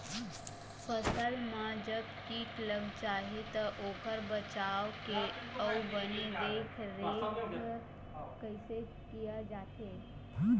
फसल मा जब कीट लग जाही ता ओकर बचाव के अउ बने देख देख रेख कैसे किया जाथे?